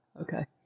Okay